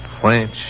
French